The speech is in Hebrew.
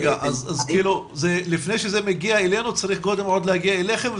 אז לפני שזה מגיע אלינו זה צריך להגיע אליכם,